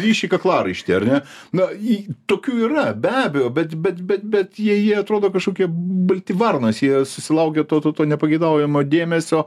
ryši kaklaraištį ar ne na jį tokių yra be abejo bet bet bet bet jie jie atrodo kažkokie balti varnos jie susilaukia to to to nepageidaujamo dėmesio